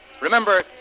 Remember